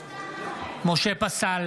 משה פסל,